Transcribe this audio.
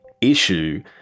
issue